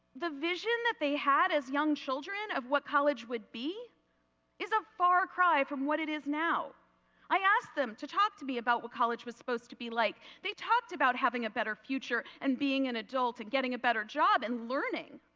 the vision that they had as young children of what college would be is a far cry from what it is now i asked them to talk to me about what college was supposed to be like. they talked about having a better future and being in adult and getting a better job and learning.